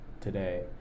today